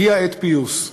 הגיעה עת פיוס.